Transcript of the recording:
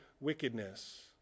wickedness